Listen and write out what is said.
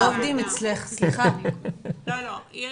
איריס,